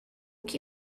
que